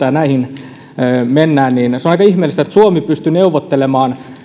ja näihin mennään että suomi pystyi kyllä neuvottelemaan